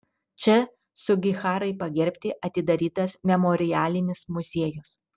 č sugiharai pagerbti atidarytas memorialinis muziejus